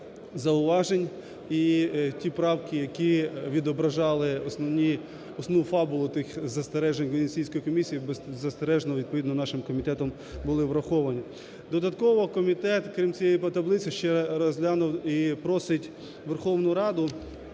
зауважень. І ті правки, які відображали основну фабулу тих застережень Венеційської комісії, беззастережно відповідно нашим комітетом були враховані. Додатково комітет крім цієї таблиці ще розглянув і просить Верховну Раду